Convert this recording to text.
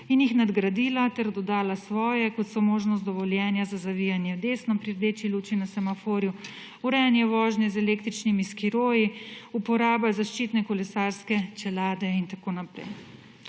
in jih nadgradila ter dodala svoje, kot so možnost dovoljenja za zavijanje desno pri rdeči luči na semaforju, urejanje vožnje z električnimi skiroji, uporaba zaščitne kolesarske čelade in tako naprej.